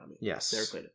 Yes